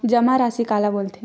जमा राशि काला बोलथे?